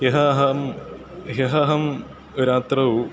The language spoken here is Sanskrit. ह्यः अहं ह्यः अहं रात्रौ